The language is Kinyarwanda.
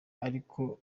ariko